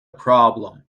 problem